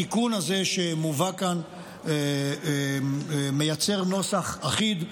התיקון הזה שמובא כאן מייצר נוסח אחיד,